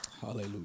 Hallelujah